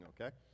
okay